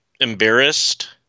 embarrassed